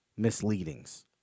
misleadings